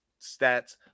stats